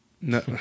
No